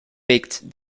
picked